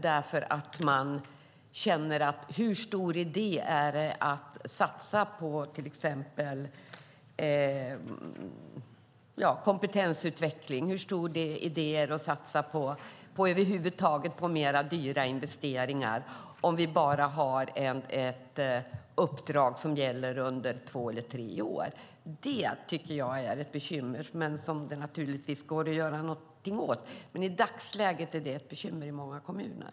Hur stor idé är det att satsa på kompetensutveckling eller dyra investeringar om vårt uppdrag bara gäller under två eller tre år? Detta går det naturligtvis att göra något åt, men i dagsläget är det ett bekymmer i många kommuner.